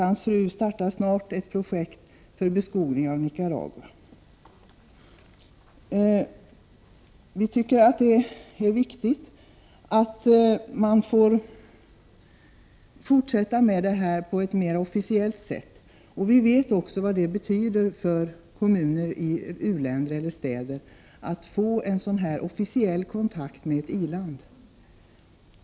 Hans fru startar snart ett projekt för beskogning av Nicaragua. Vi tycker det är viktigt att man får fortsätta med detta arbete på ett mera officiellt sätt, och vi vet vad det betyder för kommuner eller städer i u-länder att få en sådan officiell kontakt med ett i-land.